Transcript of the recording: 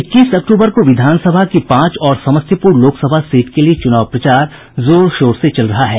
इक्कीस अक्टूबर को विधानसभा की पांच और समस्तीपूर लोकसभा सीट के लिये चुनाव प्रचार जोर शोर से चल रहा है